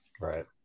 Right